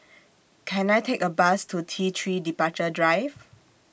Can I Take A Bus to T three Departure Drive